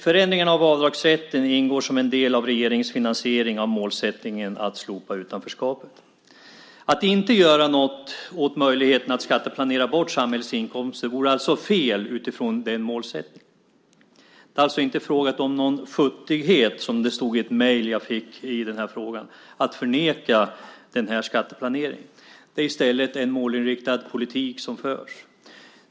Förändringen av avdragsrätten ingår som en del av regeringens finansiering av målsättningen att slopa utanförskapet. Att inte göra något åt möjligheten att skatteplanera bort samhällets inkomster vore alltså fel utifrån den målsättningen. Det är alltså inte fråga om någon futtighet, som det stod i ett mejl som jag fick i den här frågan, att säga nej till den här skatteplaneringen. Det är i stället en målinriktad politik som förs.